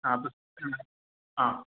ആത് ആ